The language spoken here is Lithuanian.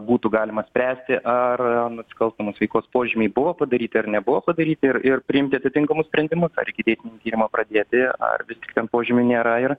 būtų galima spręsti ar nusikalstamos veikos požymiai buvo padaryti ar nebuvo padaryti ir ir priimti atitinkamus sprendimų ar iki teisminį tyrimą pradėti ar vis tik ten požymių nėra ir